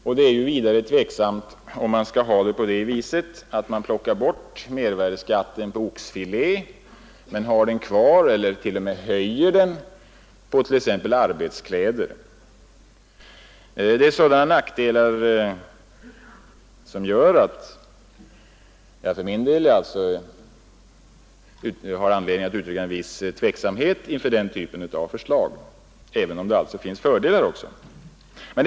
Vidare är det tveksamt om man skall ha det på det viset att man plockar bort mervärdeskatten på oxfilé men har den kvar eller t.o.m. höjer den på t.ex. arbetskläder. Sådana nackdelar gör att jag för min del har anledning att uttrycka tveksamhet inför den typen av förslag — även om det finns fördelar med förslagen.